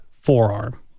forearm